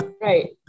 right